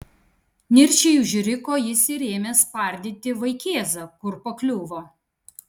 niršiai užriko jis ir ėmė spardyti vaikėzą kur pakliuvo